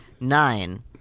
Nine